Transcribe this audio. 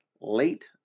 late